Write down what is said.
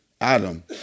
Adam